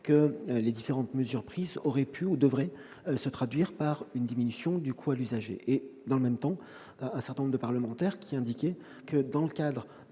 que les différentes mesures prises auraient pu ou devraient se traduire par une diminution du coût incombant à l'usager. Dans le même temps, un certain nombre de parlementaires ont indiqué que, dans le cadre